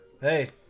Hey